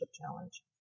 challenge